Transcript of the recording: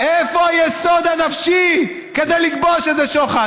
איפה היסוד הנפשי כדי לקבוע שזה שוחד?